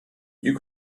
you